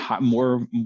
more